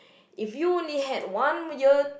if you only had one year